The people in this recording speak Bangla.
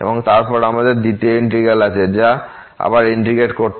এবং তারপর আমাদের দ্বিতীয় ইন্টিগ্র্যাল আছে যা আবার ইন্টিগ্রেট করতে হবে